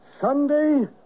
Sunday